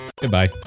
Goodbye